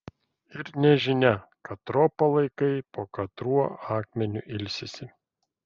ir nežinia katro palaikai po katruo akmeniu ilsisi